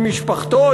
עם משפחתו,